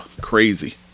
crazy